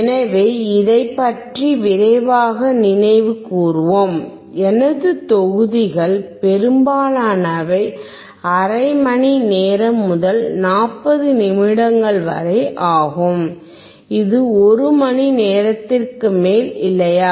எனவே இதைப் பற்றி விரைவாக நினைவு கூர்வோம் எனது தொகுதிகள் பெரும்பாலானவை அரை மணி நேரம் முதல் 40 நிமிடங்கள் வரை ஆகும் இது 1 மணி நேரத்திற்கு மேல்இல்லையா